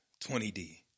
20D